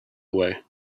away